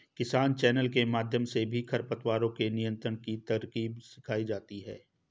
किसान चैनल के माध्यम से भी खरपतवारों के नियंत्रण की तरकीब सिखाई जाती है